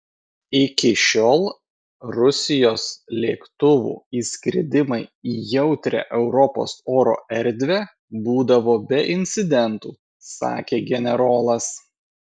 iki šiol rusijos lėktuvų įskridimai į jautrią europos oro erdvę būdavo be incidentų sakė generolas